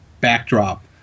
backdrop